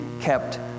kept